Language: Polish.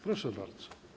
Proszę bardzo.